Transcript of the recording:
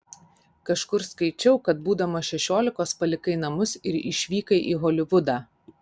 kažkur skaičiau kad būdamas šešiolikos palikai namus ir išvykai į holivudą